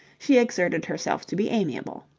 she exerted herself to be amiable.